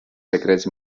secrets